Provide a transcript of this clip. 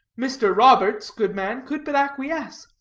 mr. roberts, good man, could but acquiesce,